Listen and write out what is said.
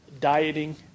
dieting